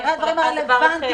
נשמח לקבל את חוות הדעת הזאת.